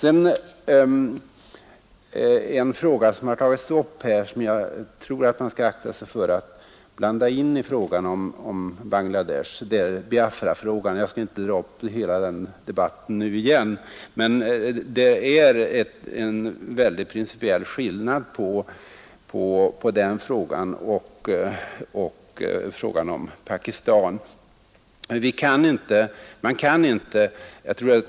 En fråga som tagits upp här men som jag anser att man skall akta sig för att blanda in i frågan om Bangla Desh är Biafrafrågan. Jag skall inte dra upp den debatten nu igen. Det är en stor principiell skillnad på den frågan och frågan om Pakistan.